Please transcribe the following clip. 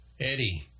Eddie